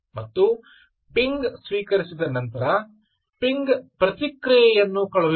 ಮತ್ತು ಪಿಂಗ್ ಸ್ವೀಕರಿಸಿದ ನಂತರ ಪಿಂಗ್ ಪ್ರತಿಕ್ರಿಯೆಯನ್ನು ಕಳುಹಿಸುವುದು